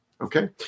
Okay